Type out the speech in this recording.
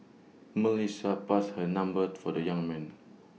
Melissa passed her number for the young man